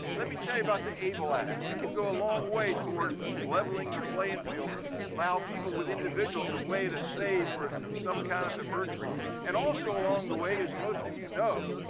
let me tell you about the able act. it can go a long way toward leveling the playing field allow people with individuals a way to save for some kind of emergencies. and also along the way as most of you know,